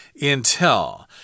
Intel